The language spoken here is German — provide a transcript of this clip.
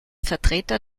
vertreter